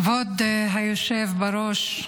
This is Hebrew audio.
כבוד היושב בראש,